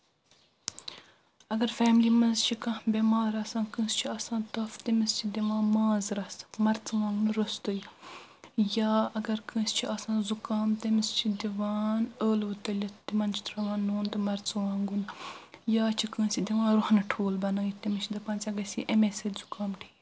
اگر فیملی منٛز چھِ کانٛہہ بٮ۪مار آسان کٲنٛسہِ چھُ آسان تف تٔمس چھِ دِوان ماز رس مرژٕوانگن روٚستٕے یا اگر کٲنٛسہِ چھُ آسان زُکام تٔمس چھِ دِوان ٲلوٕ تٔلِتھ تمن چھِ تروان نون تہِ مرژٕوانگُن یا چھِ کٲنٛسہ دِوان رۄہنہٕ ٹھول بنٲیتھ تٔمس چھِ دپان ژےٚ گژھی امے سۭتۍ زُکام ٹھیک